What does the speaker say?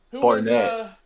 Barnett